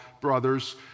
brothers